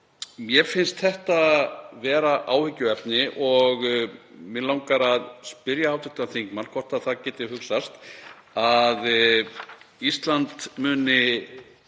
Mér finnst þetta vera áhyggjuefni. Mig langar að spyrja hv. þingmann hvort það geti hugsast að Ísland muni